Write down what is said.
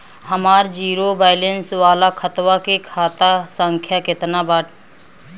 हमार zero balance वाला खतवा के खाता संख्या केतना बा?